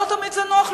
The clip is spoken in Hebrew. לא תמיד זה נוח.